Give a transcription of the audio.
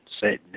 Satan